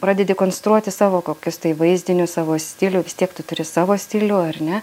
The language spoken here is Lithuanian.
pradedi konstruoti savo kokius tai vaizdinius savo stilių vis tiek tu turi savo stilių ar ne